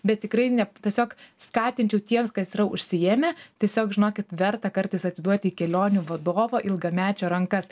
bet tikrai ne tiesiog skatinčiau tiems kas yra užsiėmę tiesiog žinokit verta kartais atsiduoti į kelionių vadovo ilgamečio rankas